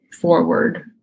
forward